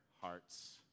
hearts